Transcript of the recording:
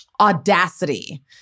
audacity